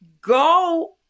go